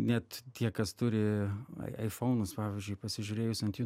net tie kas turi ai aifaunus pavyzdžiui pasižiūrėjus ant jų